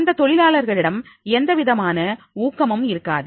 இந்த தொழிலாளர்களிடம் எந்தவிதமான ஊக்கமும் இருக்காது